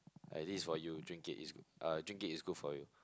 like this is for you drink it's good uh drink it is good for you